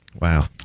Wow